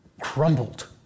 crumbled